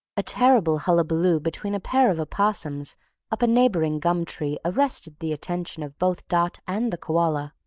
a terrible hullabaloo between a pair of opossums up a neighbouring gum tree arrested the attention of both dot and the koala.